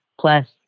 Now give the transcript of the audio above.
plus